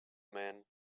man